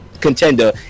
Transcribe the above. contender